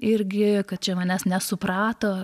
irgi kad čia manęs nesuprato